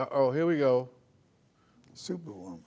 oh here we go super on